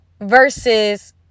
versus